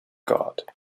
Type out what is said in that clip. god